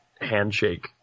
handshake